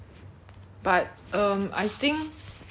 like how to do the basics even then like